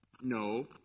No